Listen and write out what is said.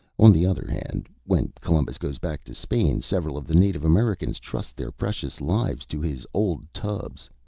on the other hand, when columbus goes back to spain several of the native americans trust their precious lives to his old tubs.